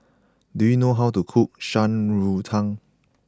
do you know how to cook Shan Rui Tang